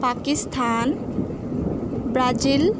Pakistan Brazil